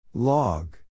Log